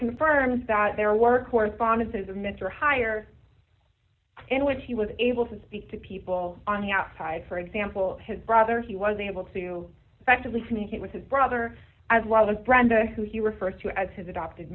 confirms that their work correspondences of mr higher in which he was able to speak to people on the outside for example his brother he was able to effectively communicate with his brother as well as brenda who he refers to as his adopted